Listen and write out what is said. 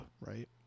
right